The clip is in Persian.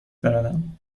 بروم